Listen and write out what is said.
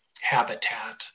habitat